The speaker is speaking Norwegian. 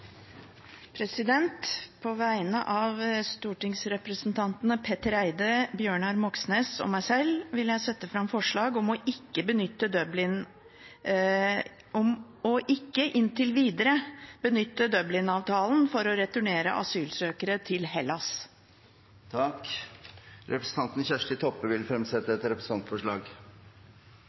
På vegne av stortingsrepresentantene Petter Eide, Bjørnar Moxnes og meg selv vil jeg sette fram forslag om ikke inntil videre å benytte Dublin-avtalen for å returnere asylsøkere til Hellas. Representanten Kjersti Toppe vil fremsette et representantforslag.